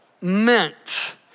meant